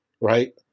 right